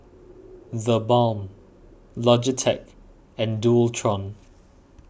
the Balm Logitech and Dualtron